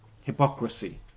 Hypocrisy